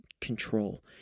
control